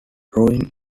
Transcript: ruin